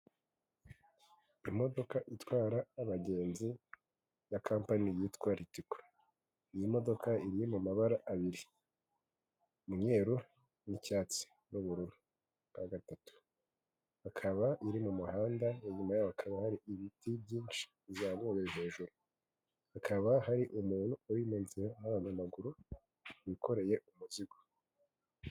Imodoka itwara abagenzi ya kampani yitwa Ritco. Iyi modoka iri mu mabara abiri. Umweru n'icyatsi n'ubururu bwa gatatu. Akaba iri mu muhanda, inyuma yaho hakaba hari ibiti byinshi bizamuye hejuru. Hakaba hari umuntu uri mu nzira y'abanyamaguru wikoreye umuzigo.